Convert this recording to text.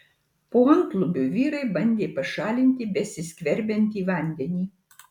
po antlubiu vyrai bandė pašalinti besiskverbiantį vandenį